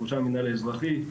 בראשם המינהל האזרחי,